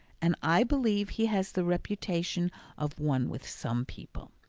and i believe he has the reputation of one with some people.